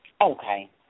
Okay